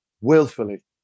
willfully